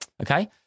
Okay